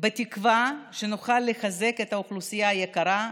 בתקווה שנוכל לחזק את האוכלוסייה היקרה,